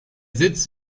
sitz